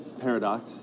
paradox